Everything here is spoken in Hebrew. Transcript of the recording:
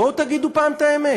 בואו תגידו פעם את האמת.